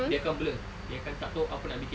dia akan blur dia akan tak tahu apa nak bikin